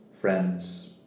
friends